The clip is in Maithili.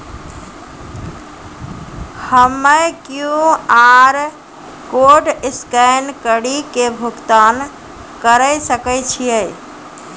हम्मय क्यू.आर कोड स्कैन कड़ी के भुगतान करें सकय छियै?